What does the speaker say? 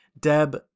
deb